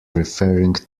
referring